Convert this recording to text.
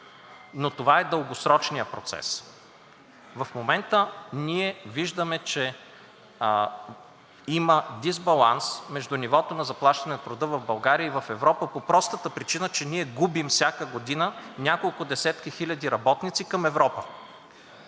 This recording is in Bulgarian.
но това е дългосрочният процес. В момента ние виждаме, че има дисбаланс между нивото на заплащане на труда в България и в Европа по простата причина, че ние губим всяка година няколко десетки хиляди работници към Европа.